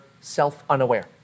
self-unaware